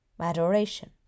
adoration